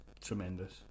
tremendous